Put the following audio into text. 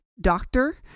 doctor